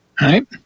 right